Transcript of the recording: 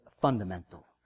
fundamental